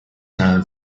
known